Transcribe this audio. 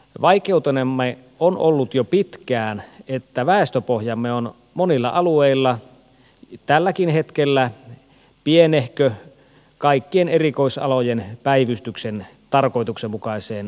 vaikeutenamme on ollut jo pitkään että väestöpohjamme on monilla alueilla tälläkin hetkellä pienehkö kaikkien erikoisalojen päivystyksen tarkoituksenmukaiseen järjestämiseen